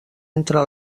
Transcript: entre